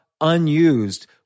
unused